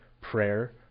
prayer